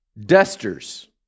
dusters